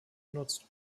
genutzt